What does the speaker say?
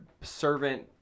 servant